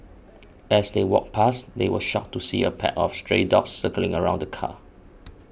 as they walked back they were shocked to see a pack of stray dogs circling around the car